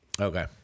Okay